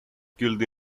killed